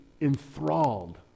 enthralled